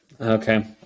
Okay